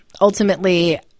ultimately